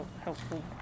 helpful